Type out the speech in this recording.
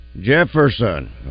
Jefferson